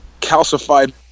calcified